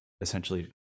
essentially